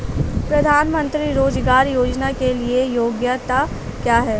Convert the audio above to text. प्रधानमंत्री रोज़गार योजना के लिए योग्यता क्या है?